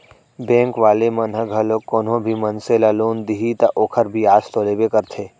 bank वाले मन ह घलोक कोनो भी मनसे ल लोन दिही त ओखर बियाज तो लेबे करथे